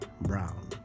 Brown